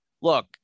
look